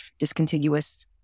discontiguous